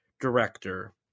director